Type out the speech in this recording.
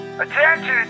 Attention